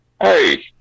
Hey